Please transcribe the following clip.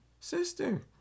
sister